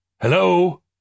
Hello